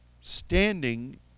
standing